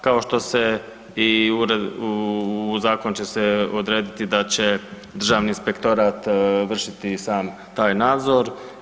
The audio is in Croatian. Kao što se, u zakon će se odrediti da će Državni inspektorat vršiti sam taj nadzor.